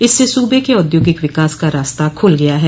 इससे सूबे के औद्योगिक विकास का रास्ता खूल गया है